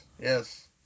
yes